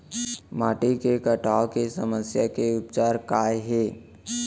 माटी के कटाव के समस्या के उपचार काय हे?